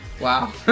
Wow